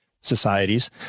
societies